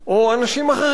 או אנשים אחרים,